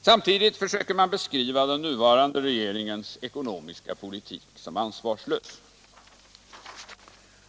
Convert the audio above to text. Samtidigt försöker man beskriva den nuvarande regeringens ekonomiska politik som ansvarslös.